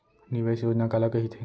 निवेश योजना काला कहिथे?